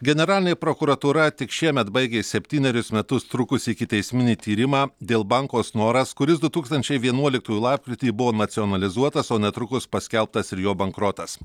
generalinė prokuratūra tik šiemet baigė septynerius metus trukusį ikiteisminį tyrimą dėl banko snoras kuris du tūkstančiai vienuoliktųjų lapkritį buvo nacionalizuotas o netrukus paskelbtas ir jo bankrotas